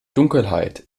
dunkelheit